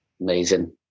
Amazing